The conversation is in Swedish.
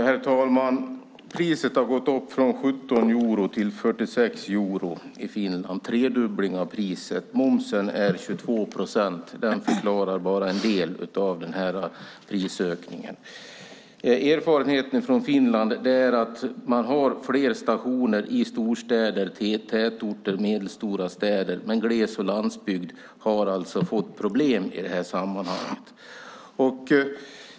Herr talman! Priset har gått upp från 17 euro till 46 euro i Finland. Det är nästan en tredubbling av priset. Momsen är 22 procent. Den förklarar bara en del av prisökningen. Erfarenheten från Finland är att man har fler stationer i storstäder, tätorter och medelstora städer. Men gles och landsbygd har alltså fått problem i det här sammanhanget.